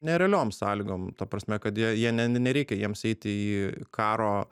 ne realiom sąlygom ta prasme kad jie jie ne nereikia jiems eiti į karo